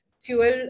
fuel